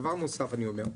דבר נוסף אני אומר,